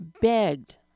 begged